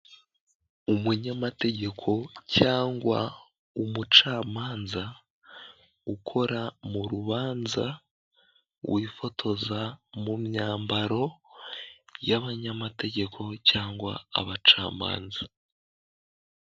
Umunyamategeko cyangwa umucamanza ukora mu rubanza wifotoza mu myambaro y'abanyamategeko cyangwa abacamanza.